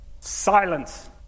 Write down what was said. Silence